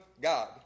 God